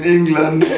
England